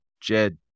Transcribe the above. Jed